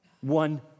one